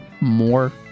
more